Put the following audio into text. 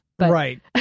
Right